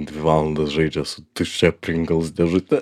dvi valandas žaidžia su tuščia pringls dėžute